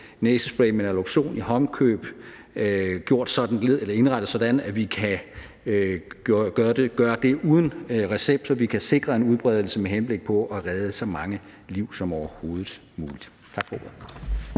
næsespray med naloxon i håndkøb og få det indrettet sådan, at det kan gøres uden recept, så vi kan sikre en udbredelse med henblik på at redde så mange liv som overhovedet muligt. Tak for ordet.